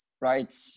right